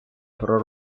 про